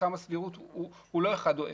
מתחם הסבירות הוא לא אחד או אפס.